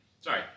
sorry